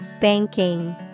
Banking